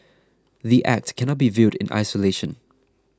the A C T cannot be viewed in isolation